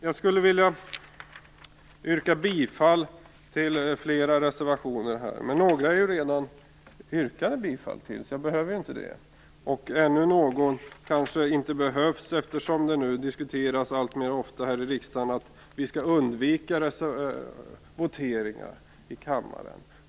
Jag skulle vilja yrka bifall till flera reservationer, men några har det redan yrkats bifall till, så jag behöver inte göra det. Det diskuteras allt oftare i riksdagen att vi skall undvika voteringar i kammaren.